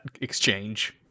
exchange